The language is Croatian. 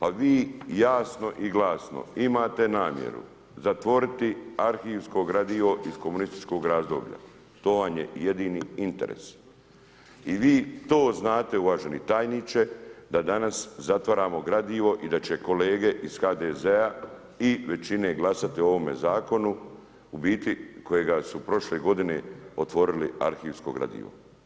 A vi jasno i glasno imate namjeru zatvoriti arhivsko gradivo iz komunističkog razdoblja, to vam je jedini interes i vi to znate uvaženi tajniče da danas zatvaramo gradivo i da će kolege iz HDZ-a i većine glasati o ovome zakonu u biti kojega su prošle godine otvorili arhivsko gradivo.